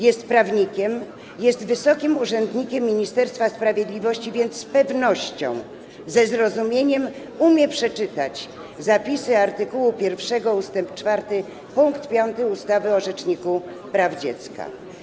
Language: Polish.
Jest prawnikiem, jest wysokim urzędnikiem Ministerstwa Sprawiedliwości, więc z pewnością ze zrozumieniem umie przeczytać zapisy art. 1 ust. 4 pkt 5 ustawy o rzeczniku praw dziecka.